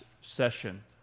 session